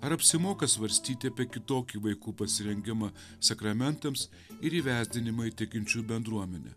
ar apsimoka svarstyti apie kitokį vaikų pasirengimą sakramentams ir įvertinimai tikinčių bendruomene